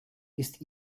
ist